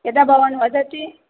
यदा भवान् वदति